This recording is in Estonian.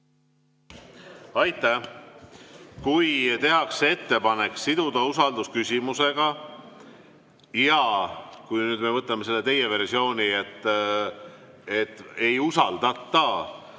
Aitäh! Kui tehakse ettepanek siduda usaldusküsimusega ja kui me võtame selle teie versiooni, et ei usaldata,